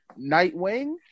Nightwing